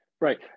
Right